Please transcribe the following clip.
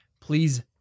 please